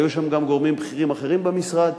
היו שם גם גורמים בכירים אחרים במשרד,